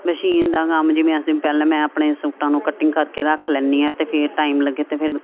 machine ਦਾ ਕੰਮ ਪਹਿਲਾਂ ਜਿਵੇਂ ਅਸੀਂ ਮੈਂ ਆਪਣੇ ਸੂਟਾਂ ਨੂੰ ਕੱਟਿੰਗ ਕਰਕੇ ਰੱਖ ਲੈਂਦੀ ਹਾਂ ਅਤੇ ਫਿਰ ਟਾਈਮ ਲੱਗੇ ਤਾਂ ਫਿਰ